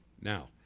Now